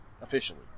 Officially